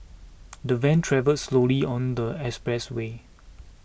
the van travelled slowly on the expressway